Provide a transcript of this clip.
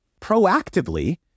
proactively